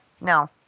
No